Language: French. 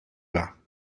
bas